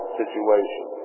situation